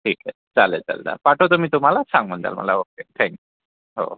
ठीक आहे चालेल चालेल हा पाठवतो मी तुम्हाला सांग मंदाल मला ओके थँक हो हो